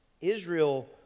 Israel